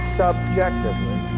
subjectively